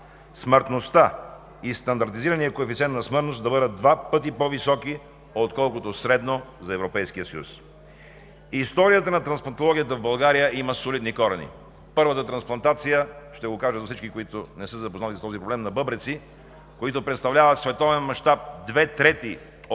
смъртността и стандартизираният коефициент на смъртност да бъдат два пъти по-високи, отколкото средно за Европейския съюз. Историята на трансплантологията в България има солидни корени. Първата трансплантация – ще го кажа за всички, които не са запознати с този проблем – на бъбреци, които в световен мащаб